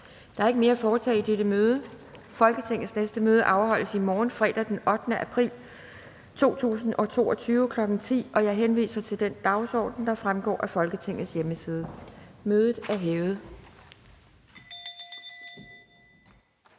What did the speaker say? Der er ikke mere at foretage i dette møde. Folketingets næste møde afholdes i morgen, fredag den 8. april 2022, kl. 10.00. Jeg henviser til den dagsorden, der fremgår af Folketingets hjemmeside. Mødet er hævet.